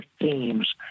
themes